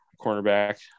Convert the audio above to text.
cornerback